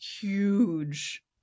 huge